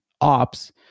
ops